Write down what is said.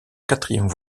quatrième